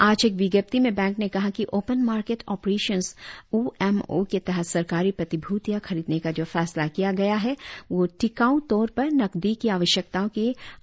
आज एक विज्ञप्ति में बैंक ने कहा कि ओपेन मार्केट ऑपरेशंस ओएमओ के तहत सरकारी प्रतिभूतिया खरीदने का जो फैसला किया गया है वह टिकाऊतौर पर नकदी की आवश्यकताओं के आकलन पर आधारित है